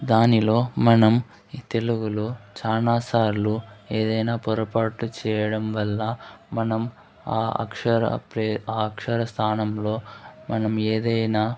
దానిలో మనం ఈ తెలుగులో చాలా సార్లు ఏదైన పొరపాటు చేయడం వల్ల మనం ఆ అక్షర ప్రె ఆ అక్షర స్థానంలో మనం ఏదైన